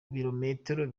birometero